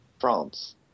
France